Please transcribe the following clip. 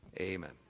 amen